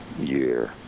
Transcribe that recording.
year